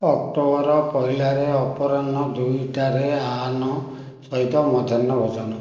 October ପହିଲାରେ ଅପରାହ୍ନ ଦୁଇଟାରେ ଆହାନ ସହିତ ମଧ୍ୟାହ୍ନ ଭୋଜନ